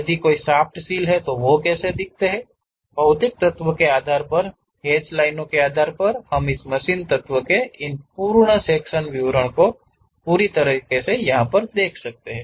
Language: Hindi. यदि कोई शाफ्ट सील हैं तो वे कैसे दिखते हैं भौतिक तत्वों के आधार पर इन हैचड लाइनों के आधार पर हम उस मशीन तत्व के इन पूर्ण सेक्शनल विवरणों का पूरी तरह से देख सकते हैं